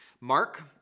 Mark